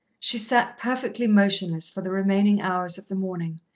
she sat perfectly motionless for the remaining hours of the morning,